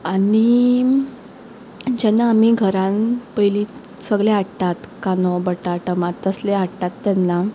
आनी जेन्ना आमी घरान पयलीं सगळें हाडटात कांदो बटाट टमाट तसलें हाडटात तेन्ना